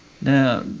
Now